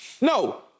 No